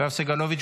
יואב סגלוביץ',